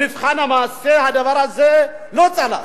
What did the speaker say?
במבחן המעשה הדבר הזה לא צלח.